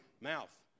mouth